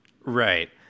Right